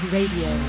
Radio